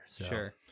Sure